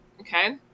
okay